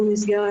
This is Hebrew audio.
או נסגרה,